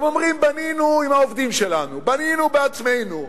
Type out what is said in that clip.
הם אומרים: בנינו עם העובדים שלנו, בנינו בעצמנו,